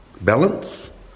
balance